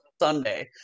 Sunday